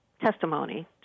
testimony